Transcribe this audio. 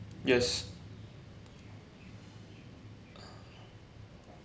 yes